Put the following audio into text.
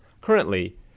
Currently